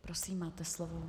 Prosím, máte slovo.